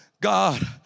God